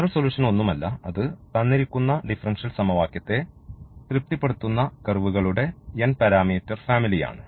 general solution ഒന്നുമല്ല അത് തന്നിരിക്കുന്ന ഡിഫറൻഷ്യൽ സമവാക്യത്തെ തൃപ്തിപ്പെടുത്തുന്ന കർവുകളുടെ n പാരാമീറ്റർ ഫാമിലിയാണ്